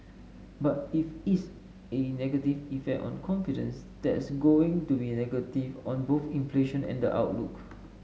but if is a negative effect on confidence that's going to be negative on both inflation and outlook